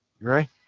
right